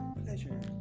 pleasure